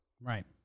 Right